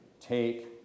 Take